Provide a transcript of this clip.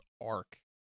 arc